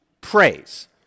praise